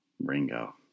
Ringo